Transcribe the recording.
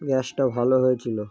গ্যাসটা ভালো হয়েছিলো